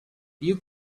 you